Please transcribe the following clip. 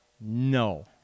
No